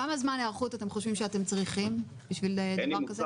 כמה זמן היערכות אתם חושבים שאתם צריכים בשביל דבר כזה?